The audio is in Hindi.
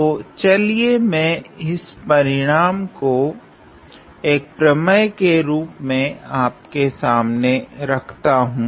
तो चलिये मैं इस परिणाम को एक प्रमेय के रूप मे आपके सामने रखता हूँ